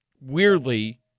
weirdly